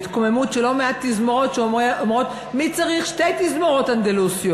התקוממות של לא מעט תזמורות שאומרות: מי צריך שתי תזמורות אנדלוסיות?